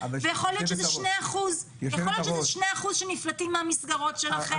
יכול להיות שזה 2% שנפלטים מהמסגרות שלכם